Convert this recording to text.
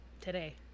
today